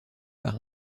par